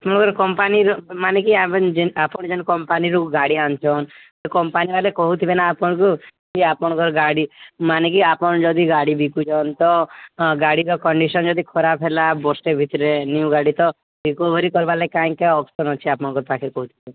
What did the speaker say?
କମ୍ପାନୀର ମାନେ କି ଆପଣ ଯେନ କମ୍ପାନୀର ଗାଡ଼ି ଆଣୁଛନ୍ କମ୍ପାନୀ ବାଲା କହୁଥିବେ ନା ଆପଣକୁ କି ଆପଣଙ୍କ ଗାଡ଼ି ମାନେ କି ଆପଣ ଯଦି ଗାଡ଼ି ବିକୁଛନ୍ ତ ଗାଡ଼ିର କଣ୍ଡିସନ୍ ଯଦି ଖରାପ ହେଲା ବର୍ଷେ ଭିତରେ ନ୍ୟୁ ଗାଡ଼ି ତ ରିକଭରୀ କରିବା ଲାଗି କାଇଁ କାଇଁ ଅପସନ୍ ଅଛି ଆପଣଙ୍କ ପାଖରେ କହିଥିଲି